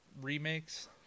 remakes